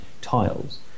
tiles